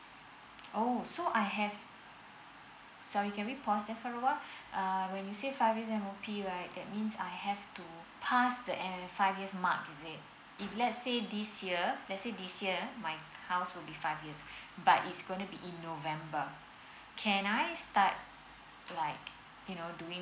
oh so I have sorry can we pause that for a while uh when you say five years M_O_P right that means I have to pass the five years mark is it if let's say this year let's say this year my house would be five years but It's gonna be in november can I start like you know doing